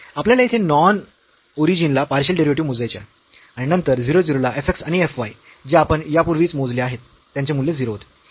आपल्याला येथे नॉन ओरिजिनला पार्शियल डेरिव्हेटिव्ह मोजायचे आहे आणि नंतर 0 0 ला f x आणि f y जे आपण यापूर्वीच मोजले आहेत त्यांचे मूल्य 0 होते